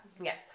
Yes